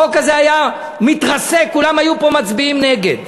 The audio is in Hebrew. החוק הזה היה מתרסק, כולם היו מצביעים פה נגד.